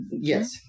Yes